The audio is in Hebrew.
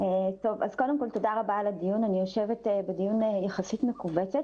מאז שהחוק הזה עמד להיחקק היו הרבה מאוד דיונים לגבי החוק הזה,